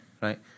right